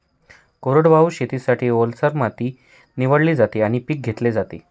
कोरडवाहू शेतीसाठी, ओलसर माती निवडली जाते आणि पीक घेतले जाते